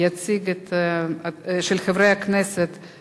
(הקצאת מקומות חנייה נגישים במקום ציבורי לאזרח ותיק שמלאו לו 80 שנים),